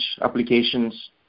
applications